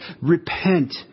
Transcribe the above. Repent